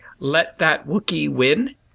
LetThatWookieWin